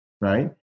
right